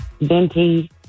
venti